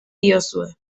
diozue